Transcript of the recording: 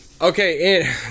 Okay